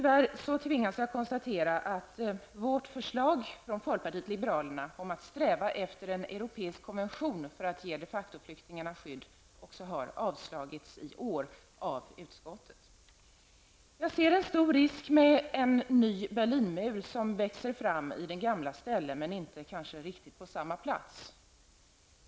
Jag tvingas tyvärr konstatera att folkpartiet liberalernas förslag om att vi skall sträva efter en europeisk konvention för att ge de factoflyktingarna skydd har avslagits av utskottet även i år. Jag ser en stor risk för en ny Berlinmur som växer fram i den gamlas ställe, men kanske inte riktigt på samma plats.